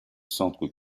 centre